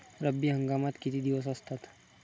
रब्बी हंगामात किती दिवस असतात?